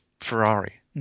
Ferrari